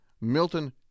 Milton